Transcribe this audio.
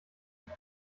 sich